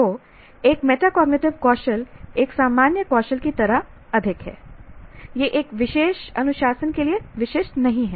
तो एक मेटाकोगेक्टिव कौशल एक सामान्य कौशल की तरह अधिक है यह एक विशेष अनुशासन के लिए विशिष्ट नहीं है